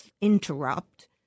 interrupt